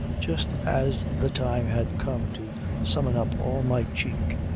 just as the time had come to summon up all my cheek.